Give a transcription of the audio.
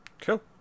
cool